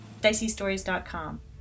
DiceyStories.com